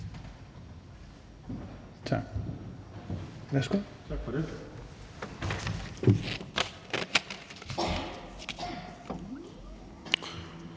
Tak